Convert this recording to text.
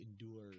endure